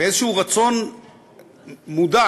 באיזה רצון מודע,